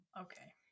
Okay